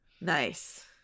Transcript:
Nice